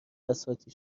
بساطی